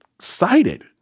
cited